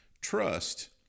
trust